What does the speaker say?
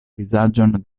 vizaĝon